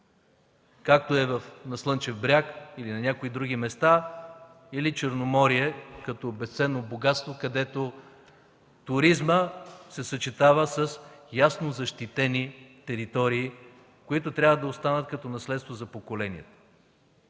както е на Слънчев бряг или на някои други места, или Черноморие като безценно богатство, където туризмът се съчетава с ясно защитени територии, които трябва да останат като наследство за поколенията.